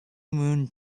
moon